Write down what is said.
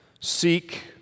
seek